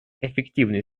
эффективный